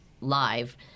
live